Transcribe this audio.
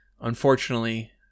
unfortunately